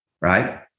right